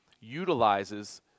utilizes